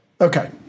Okay